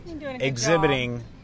exhibiting